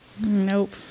Nope